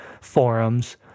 forums